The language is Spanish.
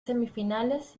semifinales